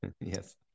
yes